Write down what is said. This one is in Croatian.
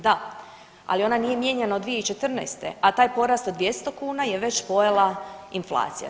Da, ali ona nije mijenjana od 2014., a taj porast od 200 kuna je već pojela inflacija.